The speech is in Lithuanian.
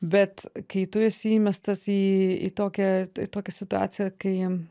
bet kai tu esi įmestas į į tokią į tokią situaciją kai